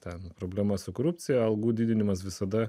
ten problemas su korupcija algų didinimas visada